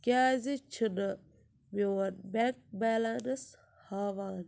کیٛازِ چھُنہٕ میٛون بیٚنٛک بیلَنٕس ہاوان